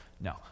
no